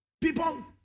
People